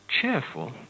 cheerful